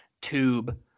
tube